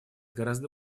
гораздо